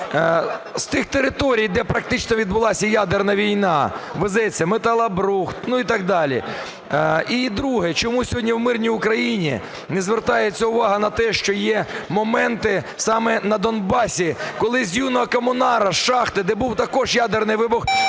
з тих територій, де практично відбулася ядерна війна, везеться металобрухт, ну і так далі. І друге. Чому сьогодні в мирній Україні не звертається увага на те, що є моменти саме на Донбасі, коли з "Юного комунара", з шахти, де був також ядерний вибух,